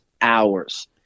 hours